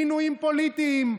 מינויים פוליטיים,